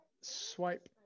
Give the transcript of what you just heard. swipe